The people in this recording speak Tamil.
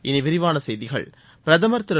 இனி விரிவான செய்திகள் பிரதமர் திரு